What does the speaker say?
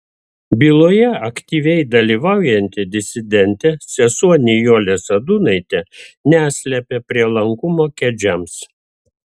byloje aktyviai dalyvaujanti disidentė sesuo nijolė sadūnaitė neslepia prielankumo kedžiams